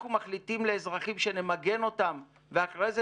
אנחנו מחליטים לאזרחים שנמגן אותם ואחרי זה,